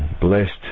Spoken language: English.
Blessed